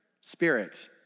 spirit